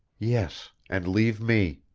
yes and leave me.